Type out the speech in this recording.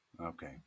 okay